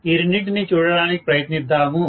ఈ రెండింటినీ చూడడానికి ప్రయత్నిద్దాము